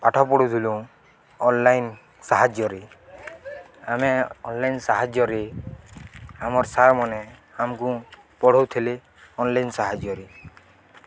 ପାଠ ପଢ଼ୁଥିଲୁ ଅନ୍ଲାଇନ୍ ସାହାଯ୍ୟରେ ଆମେ ଅନ୍ଲାଇନ୍ ସାହାଯ୍ୟରେ ଆମର୍ ସାର୍ମାନେ ଆମକୁ ପଢ଼ଉଥିଲେ ଅନ୍ଲାଇନ୍ ସାହାଯ୍ୟରେ